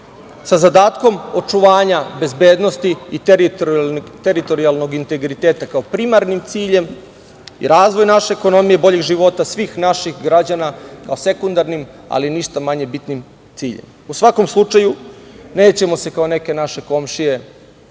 sa zadatkom očuvanja bezbednosti i teritorijalnog integriteta, kao primarnim ciljem, i razvoj naše ekonomije, boljeg života svih naših građana, a sekundarnim, ali ništa manje bitnim, ciljem.U svakom slučaju, nećemo se kao neke naše komšije